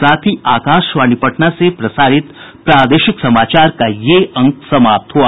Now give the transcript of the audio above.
इसके साथ ही आकाशवाणी पटना से प्रसारित प्रादेशिक समाचार का ये अंक समाप्त हुआ